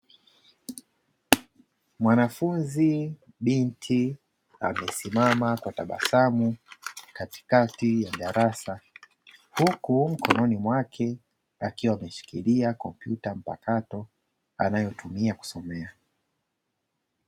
Mwanafunzi binti amesimama kwa tabasamu katikati ya darasa, huku mkononi mwake akiwa ameshikilia kompyuta mpakato anayotumia kusomea.